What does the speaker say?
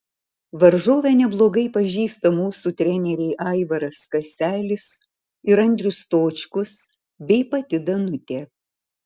varžovę neblogai pažįsta mūsų treneriai aivaras kaselis ir andrius stočkus bei pati danutė